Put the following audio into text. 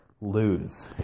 lose